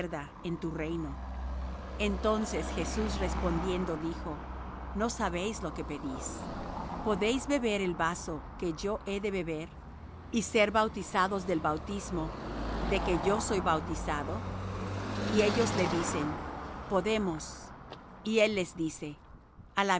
en tu reino entonces jesús respondiendo dijo no sabéis lo que pedís podéis beber el vaso que yo he de beber y ser bautizados del bautismo de que yo soy bautizado y ellos le dicen podemos y él les dice